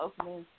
opening